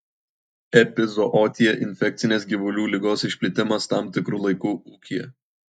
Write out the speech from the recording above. epizootija infekcinės gyvulių ligos išplitimas tam tikru laiku ūkyje